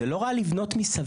זה לא רע לבנות מסביב,